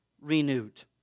renewed